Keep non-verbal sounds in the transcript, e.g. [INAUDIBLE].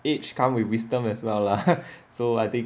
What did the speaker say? age come with wisdom as well lah [LAUGHS] so I think